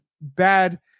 bad